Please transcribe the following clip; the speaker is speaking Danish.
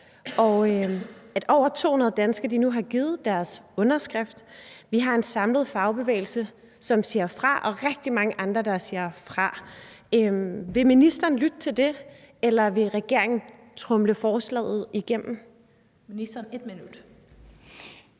kort. Over 200.000 danskere har nu givet deres underskrift, vi har en samlet fagbevægelse, som siger fra, og der er rigtig mange andre, der siger fra. Vil ministeren lytte til det, eller vil regeringen tromle forslaget igennem?